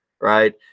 right